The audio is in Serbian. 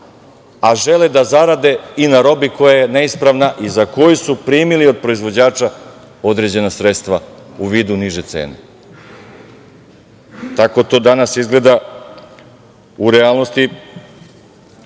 a žele da zarade i na robi koja je neispravna i za koju su primili od proizvođača određena sredstva, u vidu niže cene. Tako to danas izgleda u realnosti